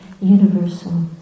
universal